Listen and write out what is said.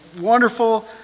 wonderful